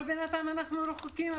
אבל בינתיים אנחנו רחוקים מזה.